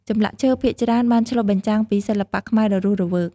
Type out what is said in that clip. ចម្លាក់ឈើភាគច្រើនបានឆ្លុះបញ្ចាំងពីសិល្បៈខ្មែរដ៏រស់រវើក។